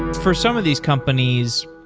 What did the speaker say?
for some of these companies,